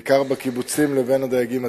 בעיקר בקיבוצים, לבין הדייגים עצמם.